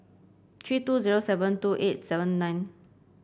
three two zero seven two eight seven nine